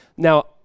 Now